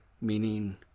meaning